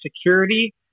security